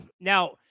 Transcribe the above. Now